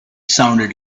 sounded